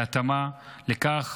בהתאמה לכך